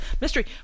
mystery